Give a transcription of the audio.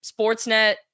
Sportsnet